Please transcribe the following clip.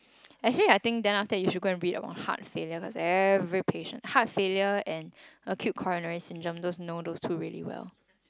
actually I think then after that you should go read up on heart failure cause every patient heart failure and acute coronary syndrome those you know those two really well